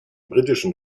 britischen